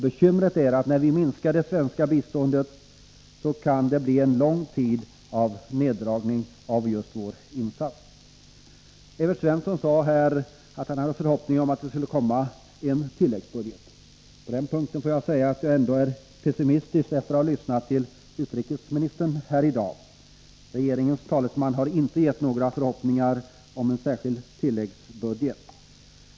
Bekymret är att när vi minskar det svenska biståndet kan det bli en lång tid med neddragningar av just våra insatser. Evert Svensson sade att han hade en förhoppning om att det skulle komma en tilläggsbudget. På den punkten är jag pessimistisk efter att ha lyssnat till utrikesministern här i dag. Regeringens talesman har inte gett några förhoppningar om en särskild tilläggsbudget.